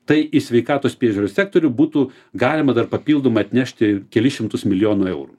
tai į sveikatos priežiūros sektorių būtų galima dar papildomai atnešti kelis šimtus milijonų eurų